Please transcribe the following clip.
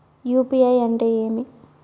UPI అంటే ఏమి?